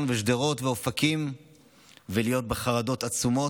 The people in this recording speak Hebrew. ושדרות ואופקים ולהיות בחרדות עצומות.